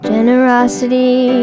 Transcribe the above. Generosity